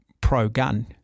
pro-gun